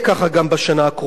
בלי ספק זה ישבור שיא,